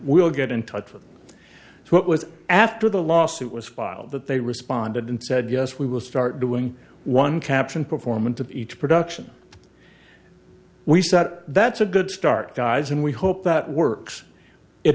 we'll get in touch with what was after the lawsuit was filed that they responded and said yes we will start doing one caption performance of each production we sat that's a good start guys and we hope that works it